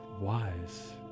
Wise